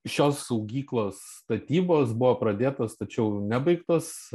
šios saugyklos statybos buvo pradėtos tačiau nebaigtos